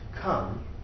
come